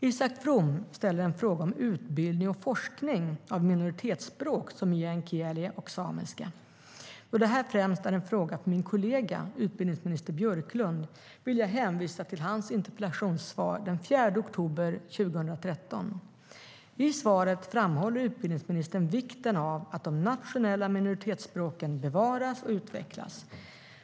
Isak From ställer en fråga om utbildning och forskning inom minoritetsspråk som meänkieli och samiska. Då detta främst är en fråga för min kollega utbildningsminister Björklund vill jag hänvisa till hans interpellationssvar den 4 oktober 2013. I svaret framhåller utbildningsministern vikten av att de nationella minoritetsspråken bevaras och utvecklas.